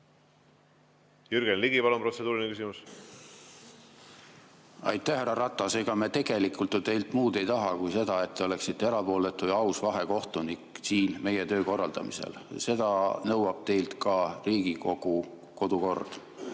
Jürgen Ligi, palun, protseduuriline küsimus! Aitäh, härra Ratas! Ega me tegelikult ju teilt muud ei taha kui seda, et te oleksite erapooletu ja aus vahekohtunik siin meie töö korraldamisel. Seda nõuab teilt ka Riigikogu kodukord.